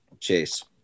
Chase